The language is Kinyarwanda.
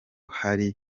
hari